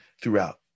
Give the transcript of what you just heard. Throughout